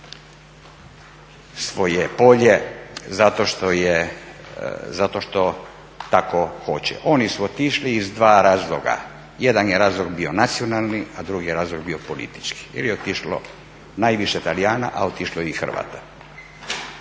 što je, zato što tako hoće. Oni su otišli iz dva razloga, jedan je razlog bio nacionalni a drugi je razlog bio politički jer je otišlo najviše Talijana, a otišlo je i Hrvata.